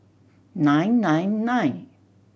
nine nine nine